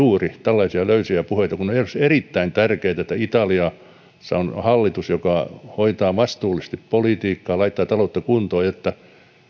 juuri tällaisia löysiä puheita kun olisi erittäin tärkeätä että italiassa on hallitus joka hoitaa vastuullisesti politiikkaa ja laittaa taloutta kuntoon ja